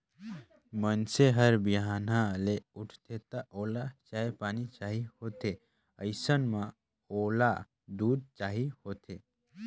मइनसे हर बिहनहा ले उठथे त ओला चाय पानी चाही होथे अइसन म ओला दूद चाही होथे